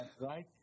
right